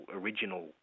original